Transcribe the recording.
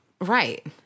right